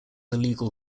illegal